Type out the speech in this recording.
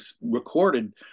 recorded